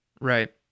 right